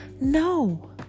no